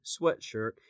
sweatshirt